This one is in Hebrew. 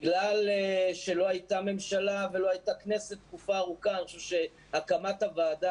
בגלל שלא הייתה ממשלה ולא הייתה כנסת תקופה ארוכה אני חושב שהקמת הוועדה